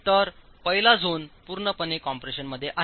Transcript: तर पहिला झोन पूर्णपणे कॉम्प्रेशनमध्ये आहे